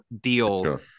deal